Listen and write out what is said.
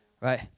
right